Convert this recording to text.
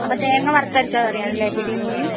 അപ്പോൾ തേങ്ങ വറുത്തരച്ച കറി ആണല്ലേ പിടിയും കോഴിയും